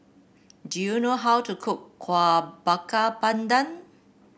do you know how to cook Kuih Bakar Pandan